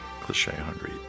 Cliche-hungry